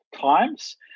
times